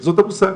וזה המושג,